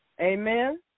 Amen